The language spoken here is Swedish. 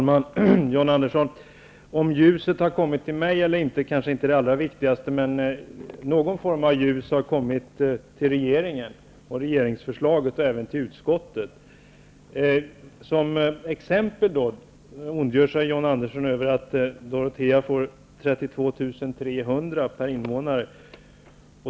Herr talman! Om ljuset har kommit till mig eller inte kanske inte är det allra viktigaste, men någon form av ljus har kommit till regeringen och även till utskottet. 32 300 kr. per invånare.